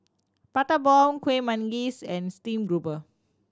Prata Bomb Kuih Manggis and stream grouper